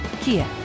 Kia